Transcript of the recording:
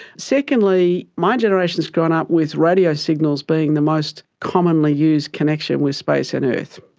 secondly, my generation has grown up with radio signals being the most commonly used connection with space and earth,